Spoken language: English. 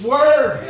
Word